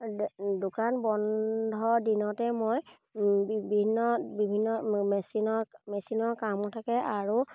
দোকান বন্ধ দিনতে মই বিভিন্ন বিভিন্ন মেচিনৰ মেচিনৰ কামো থাকে আৰু